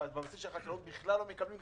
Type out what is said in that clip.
בבסיס של החקלאות בכלל לא מקבלים?